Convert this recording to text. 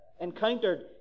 encountered